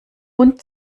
und